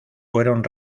fueron